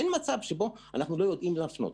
אין מצב שאנחנו לא יודעים להפנות.